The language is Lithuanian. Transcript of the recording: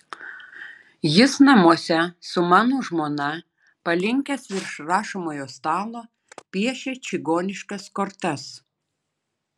jis namuose su mano žmona palinkęs virš rašomojo stalo piešia čigoniškas kortas